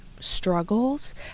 struggles